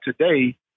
today